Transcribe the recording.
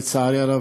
לצערי הרב,